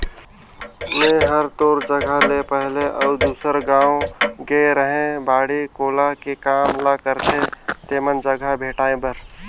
मेंए हर तोर जगह ले पहले अउ दूसर गाँव गेए रेहैं बाड़ी कोला के काम ल करथे तेमन जघा भेंटाय बर